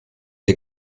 der